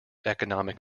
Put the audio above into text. economic